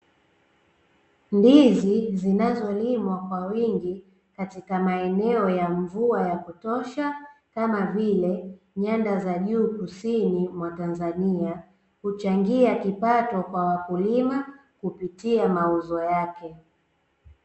Ndizi zinazolimwa kwa wingi katika maeneo ya mvua ya kutosha kama vile, nyanda za juu kusini mwa Tanzania. Huchangia kipato kwa wakulima kupitia mauzo yake.